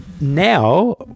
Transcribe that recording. Now